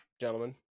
gentlemen